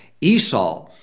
Esau